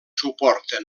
suporta